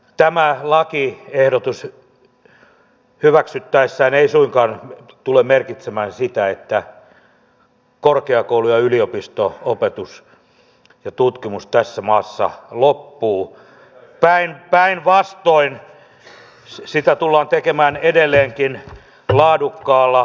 tämä lakiehdotus hyväksyttäessä se ei suinkaan tule merkitsemään sitä että korkeakoulu ja yliopisto opetus ja tutkimustyö tässä maassa loppuvat päinvastoin niitä tullaan tekemään edelleenkin laadukkaalla tavalla